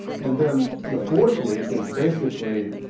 and then the fourth week is basically